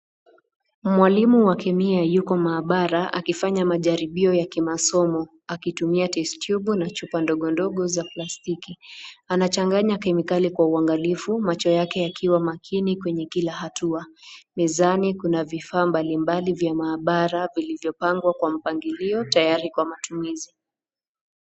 Mwalimu wa Kemia yuko maabara akifanya majaribio ya kimasomo akitumia testyubu na chupa ndogo ndogo za plastiki. Anachanganya kemikali kwa uangalifu ,macho yake yakiwa makini kwenye kila hatua. Mezani kuna vifaa mbalimbali vya maabara vilivyopangwa kwa mpangilio tayari kwa matumizi.